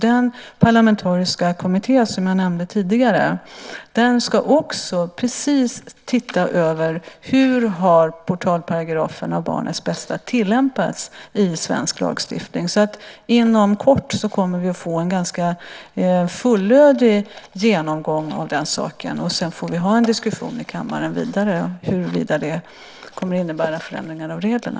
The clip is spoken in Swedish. Den parlamentariska kommitté som jag nämnde tidigare ska också se över just hur portalparagrafen om barnens bästa tillämpats i svensk lagstiftning. Inom kort kommer vi alltså att få en ganska fullödig genomgång av den här saken, och sedan får vi ha en vidare diskussion i kammaren om huruvida det kommer att innebära förändringar av reglerna.